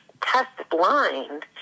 Test-blind